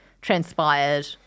transpired